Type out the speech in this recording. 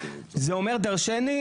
זה אומר דרשני,